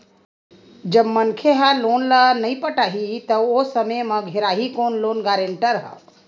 जब मनखे ह लोन ल नइ पटाही त ओ समे म घेराही कोन लोन गारेंटर ह